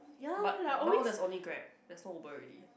but now there's only Grab there's no Uber already